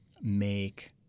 make